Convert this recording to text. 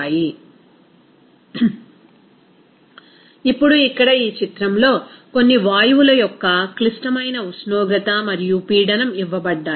refer slide టైం1717 ఇప్పుడు ఇక్కడ ఈ చిత్రంలో కొన్ని వాయువుల యొక్క క్లిష్టమైన ఉష్ణోగ్రత మరియు పీడనం ఇవ్వబడ్డాయి